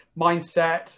mindset